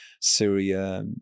Syria